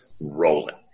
rolling